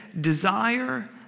Desire